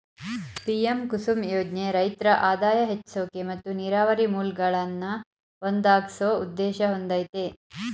PM Kusum ಯೋಜ್ನೆ ರೈತ್ರ ಆದಾಯ ಹೆಚ್ಸೋಕೆ ಮತ್ತು ನೀರಾವರಿ ಮೂಲ್ಗಳನ್ನಾ ಒದಗ್ಸೋ ಉದ್ದೇಶ ಹೊಂದಯ್ತೆ